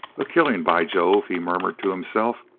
a killing by jove! he murmured to himself,